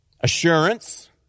Assurance